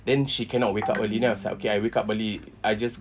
then she cannot wake up early then I was like okay I wake up early I just